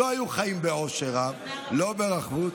לא היו חיים בעושר רב, לא ברחבות,